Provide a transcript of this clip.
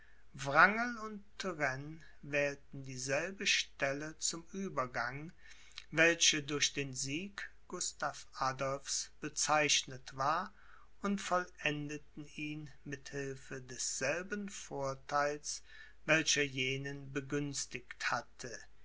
wrangel und turenne wählten dieselbe stelle zum uebergang welche durch den sieg gustav adolphs bezeichnet war und vollendeten ihn mit hilfe desselben vortheils welcher jenen begünstigt hatte